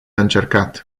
încercat